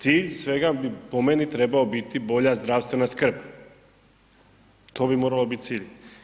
Cilj svega po meni bi trebao biti bolja zdravstvena skrb, to bi moralo biti cilj.